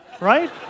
Right